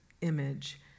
image